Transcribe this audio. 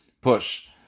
push